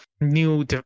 new